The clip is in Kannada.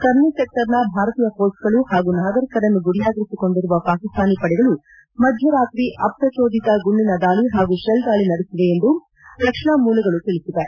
ಕರ್ನ ಸೆಕ್ಷರ್ನ ಭಾರತೀಯ ಪೋಸ್ಟ್ಗಳು ಹಾಗೂ ನಾಗರಿಕರನ್ನು ಗುರಿಯಾಗಿರಿಸಿ ಕೊಂಡಿರುವ ಪಾಕಿಸ್ತಾನಿ ಪಡೆಗಳು ಮಧ್ದರಾತ್ರಿ ಅಪ್ರಜೋದಿತ ಗುಂಡಿನ ದಾಳಿ ಹಾಗೂ ತೆಲ್ ದಾಳಿ ನಡೆಸಿವೆ ಎಂದು ರಕ್ಷಣಾ ಮೂಲಗಳು ತಿಳಿಸಿವೆ